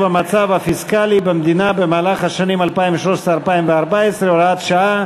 המצב הפיסקלי במדינה במהלך השנים 2013 ו-2014 (הוראת שעה),